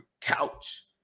couch